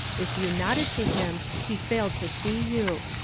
if you nodded to him he failed to see you.